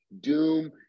doom